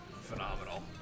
phenomenal